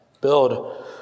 Build